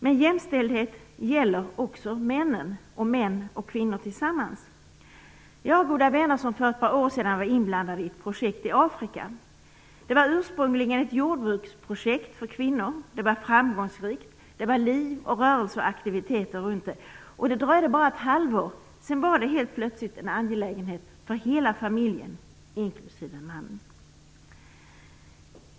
Men jämställdhet gäller också männen och män och kvinnor tillsammans. Jag har goda vänner som för ett par år sedan var inblandade i ett projekt i Afrika. Det var ursprungligen ett jordbruksprojekt för kvinnor. Det var framgångsrikt. Det var liv och rörelse och aktiviteter runt det. Det dröjde bara ett halvår, och sedan var det plötsligt en angelägenhet för hela familjen, inklusive mannen.